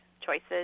choices